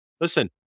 listen